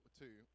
two